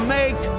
make